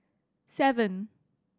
seven